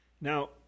Now